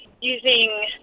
using